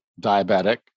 -diabetic